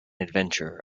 adventure